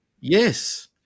Yes